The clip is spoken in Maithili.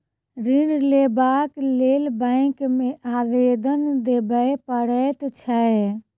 ऋण लेबाक लेल बैंक मे आवेदन देबय पड़ैत छै